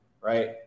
Right